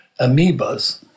amoebas